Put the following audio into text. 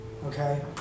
okay